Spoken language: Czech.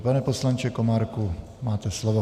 Pane poslanče Komárku, máte slovo.